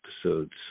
episodes